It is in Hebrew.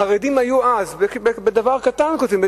החרדים היו אז 45% בדבר קטן כותבים,